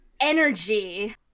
energy